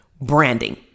branding